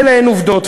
ואלה הן עובדות.